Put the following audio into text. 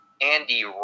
Andy